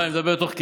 אני מדבר מתוך כאב.